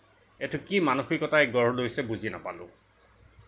এইটো কি মানসিকতাই গঢ় লৈছে বুজি নাপালোঁ